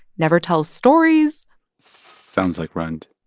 never tells stories sounds like rund